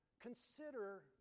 consider